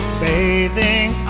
bathing